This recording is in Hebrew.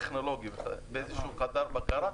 טכנולוגי מתוך חדר בקרה.